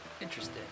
Interesting